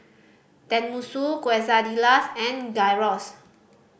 Tenmusu Quesadillas and Gyros